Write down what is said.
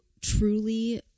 truly